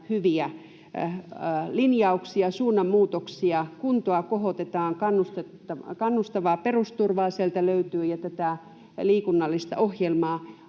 hyviä linjauksia, suunnanmuutoksia: kuntoa kohotetaan, sieltä löytyy kannustavaa perusturvaa ja tätä liikunnallista ohjelmaa.